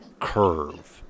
curve